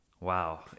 Wow